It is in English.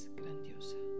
grandiosa